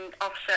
offset